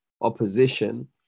opposition